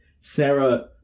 Sarah